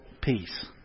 peace